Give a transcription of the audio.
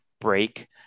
break